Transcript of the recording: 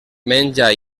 menja